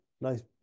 nice